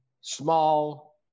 small